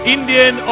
Indian